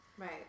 Right